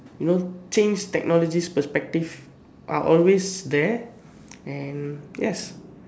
you know change technology's perspective are always there and yes